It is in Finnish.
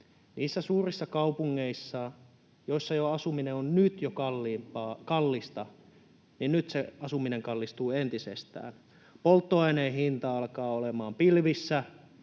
Niissä suurissa kaupungeissa, joissa asuminen on nyt jo kallista, asuminen kallistuu entisestään. Polttoaineen hinta alkaa olemaan pilvissä,